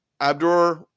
Abdur